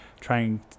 trying